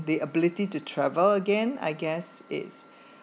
the ability to travel again I guess is